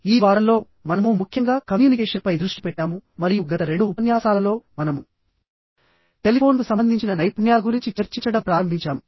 ఈ వారంలోమనము ముఖ్యంగా కమ్యూనికేషన్పై దృష్టి పెట్టాము మరియు గత రెండు ఉపన్యాసాలలోమనము టెలిఫోన్కు సంబంధించిన నైపుణ్యాల గురించి చర్చించడం ప్రారంభించాము